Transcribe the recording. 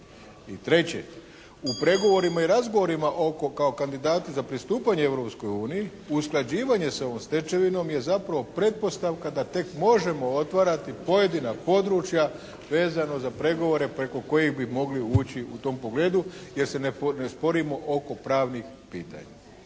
I treće, u pregovorima i razgovorima oko kao kandidata za pristupanje Europskoj uniji usklađivanje sa ovom stečevinom je zapravo pretpostavka da tek možemo otvarati pojedina područja vezano za pregovore preko kojih bi mogli ući u tom pogledu jer se ne sporimo oko pravnih pitanja.